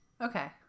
Okay